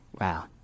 Wow